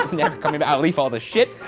kind of i'll leave all the shit,